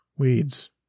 weeds